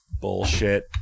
bullshit